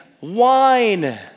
Wine